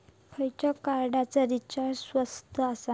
खयच्या कार्डचा रिचार्ज स्वस्त आसा?